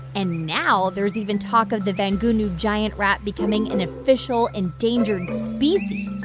and now there's even talk of the vangunu giant rat becoming an official endangered species.